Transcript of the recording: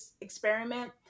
experiment